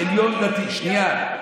שנייה.